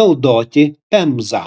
naudoti pemzą